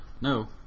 No